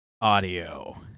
Audio